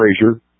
Frazier